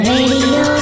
Radio